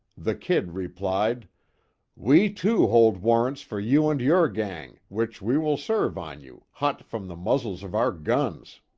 the kid replied we, too, hold warrants for you and your gang, which we will serve on you, hot from the muzzles of our guns.